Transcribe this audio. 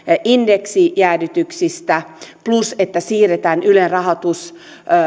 indeksijäädytyksistä plus siihen että siirretään ylen rahoitus